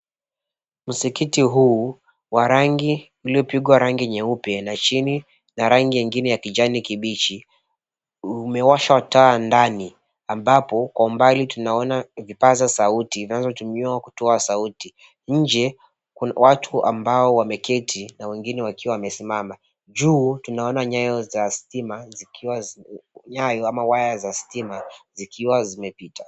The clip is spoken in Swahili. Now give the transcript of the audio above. Msikiti huu uliopigwa rangi nyeupe na chini na rangi ingine ya kijani kibichi umewashwa taa ndani ambapo kwa umbali tunaona vipaza sauti zinazotumiwa kutoa sauti. Nje kuna watu ambao wameketi na wengine wakiwa wamesimama. Juu tunaona nyaya ama waya za stima zikiwa zimepita.